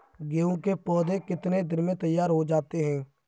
गेहूँ के पौधे कितने दिन में तैयार हो जाते हैं?